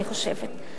אני חושבת: